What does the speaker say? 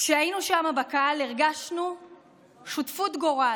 כשהיינו שם בקהל הרגשנו שותפות גורל.